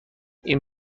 این